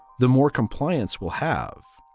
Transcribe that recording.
the more compliance will have.